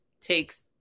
takes